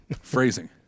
Phrasing